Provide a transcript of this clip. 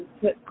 put